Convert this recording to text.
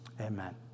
amen